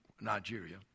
Nigeria